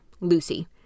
lucy